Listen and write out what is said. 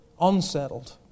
unsettled